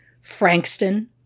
Frankston